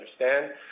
understand